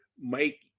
Mike